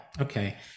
Okay